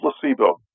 placebo